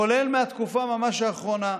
כולל מהתקופה ממש האחרונה.